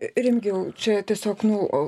remigijau čia tiesiog nu